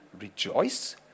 rejoice